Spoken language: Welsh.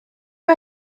mae